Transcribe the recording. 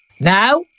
Now